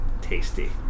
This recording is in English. tasty